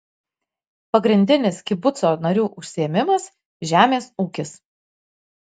pagrindinis kibuco narių užsiėmimas žemės ūkis